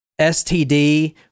STD